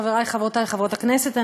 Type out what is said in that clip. חברי וחברותי חברות הכנסת,